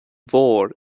mhór